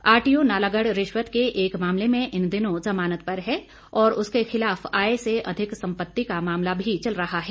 RTO Nalagarh रिश्वत के एक मामले में इन दिनों जमानत पर है और उसके खिलाफ आय से अधिक सम्पत्ति का भी मामला चल रहा है